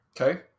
Okay